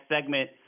segment